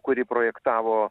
kurį projektavo